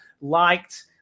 Liked